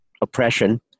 oppression